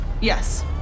Yes